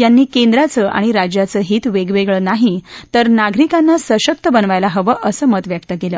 यांनी केंद्राचं आणि राज्याचं हित वेगवेगळं नाही तर नागरिकांना सशक्त बनवायला हवं असं मत व्यक्त केलं